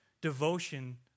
devotion